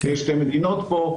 יש שתי מדינות פה.